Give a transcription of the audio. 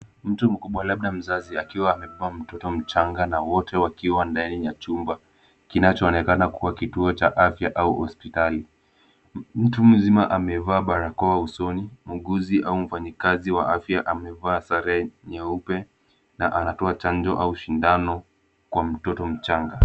Mtu mkubwa labda mzazi, akiwa amebeba mtoto mchanga na wote wakiwa ndani ya chumba kinachoonekana kubwa kituo cha afya au hospitali. Mtu mzima amevaa barakoa usoni, muuguzi au mfanyakazi wa afya amevaa sare nyeupe na anatoa chanjo au sindano kwa mtoto mchanga.